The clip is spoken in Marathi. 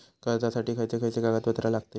कर्जासाठी खयचे खयचे कागदपत्रा लागतली?